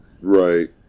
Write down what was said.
right